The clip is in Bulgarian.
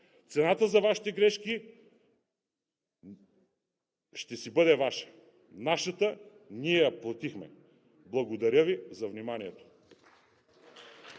Цената за Вашите грешки ще си бъде Ваша. Нашата ние я платихме. Благодаря Ви за вниманието.